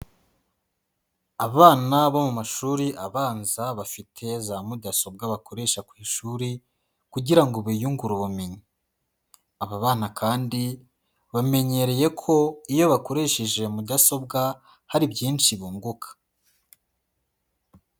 Abana bo mu mashuri abanza bafite za mudasobwa bakoresha ku ishuri, kugira ngo biyungure ubumenyi. Aba bana kandi bamenyereye ko iyo bakoresheje mudasobwa, hari byinshi bunguka.